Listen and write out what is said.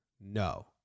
No